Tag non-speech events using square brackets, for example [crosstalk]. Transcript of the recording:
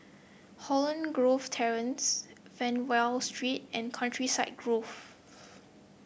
Holland Grove Terrace Fernvale Street and Countryside Grove [noise]